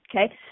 okay